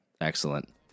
Excellent